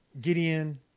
Gideon